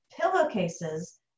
pillowcases